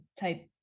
type